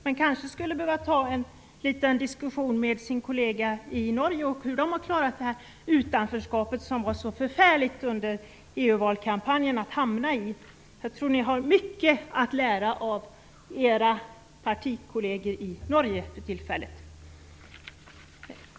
Han kanske skulle behöva ta en diskussion med sin kollega i Norge om hur de har klarat det utanförskap som var så förfärligt att hamna i under EU-kampanjen. Jag tror att ni för tillfället har mycket att lära av era partikolleger i Norge.